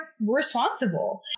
responsible